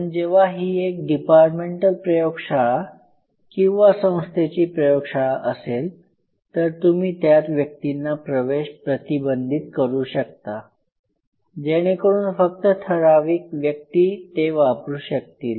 पण जेव्हा ही एक डिपार्टमेंटल प्रयोगशाळा किंवा संस्थेची प्रयोगशाळा असेल तर तुम्ही त्यात व्यक्तींना प्रवेश प्रतिबंधित करू शकता जेणेकरून फक्त ठराविक व्यक्ती ते वापरू शकतील